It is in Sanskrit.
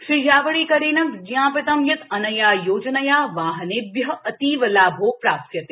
श्री जावडेकरेण विज्ञापितं यत् अनया योजनया वाहनेभ्यः अतीवलाभो प्राप्स्यते